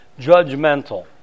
judgmental